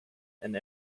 and